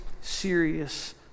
serious